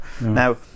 Now